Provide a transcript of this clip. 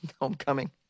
homecoming